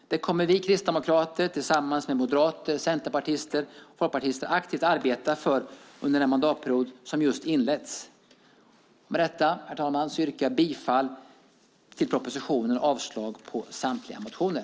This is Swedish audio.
Det kommer vi kristdemokrater, tillsammans med moderater, centerpartister och folkpartister, att arbeta aktivt för under den mandatperiod som just har inletts. Herr talman! Med detta yrkar jag bifall till propositionen och avslag på samtliga motioner.